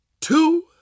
two